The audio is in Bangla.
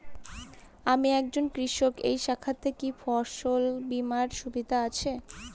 আমি একজন কৃষক এই শাখাতে কি ফসল বীমার সুবিধা আছে?